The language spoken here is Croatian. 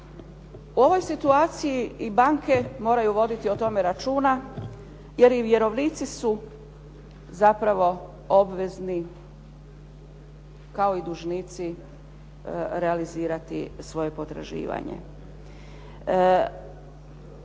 U ovoj situaciji i banke moraju voditi o tome računa, jer i vjerovnici su zapravo obvezni kao i dužnici realizirati svoje potraživanje.